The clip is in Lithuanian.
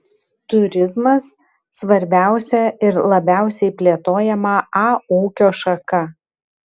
turizmas svarbiausia ir labiausiai plėtojama a ūkio šaka